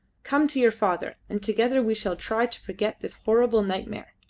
come to your father, and together we shall try to forget this horrible nightmare!